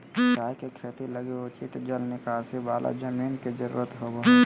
चाय के खेती लगी उचित जल निकासी वाला जमीन के जरूरत होबा हइ